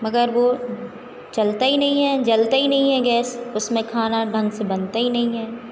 मगर वह चलता ही नहीं है जलता ही नहीं है गैस उसमें खाना ढंग से बनता ही नहीं है